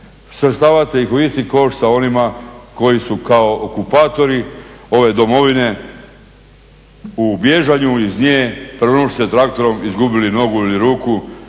svrstavate ih u isti koš sa onima koji su kao okupatori ove domovine, u bježanju iz nje … traktorom izgubili nogu ili ruku